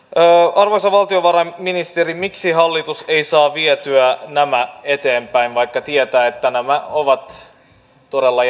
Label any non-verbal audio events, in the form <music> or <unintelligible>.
arvoisa valtiovarainministeri miksi hallitus ei saa vietyä näitä eteenpäin vaikka tietää että nämä ovat todella <unintelligible>